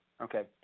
Okay